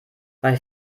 bei